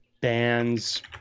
bands